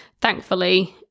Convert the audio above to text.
thankfully